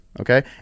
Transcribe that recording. okay